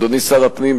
אדוני שר הפנים,